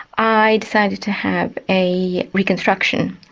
i decided to have a reconstruction.